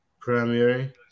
Primary